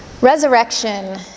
Resurrection